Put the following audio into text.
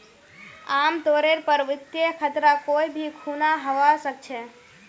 आमतौरेर पर वित्तीय खतरा कोई भी खुना हवा सकछे